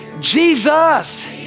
Jesus